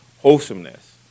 wholesomeness